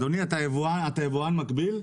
אדוני, אתה יבואן מקביל?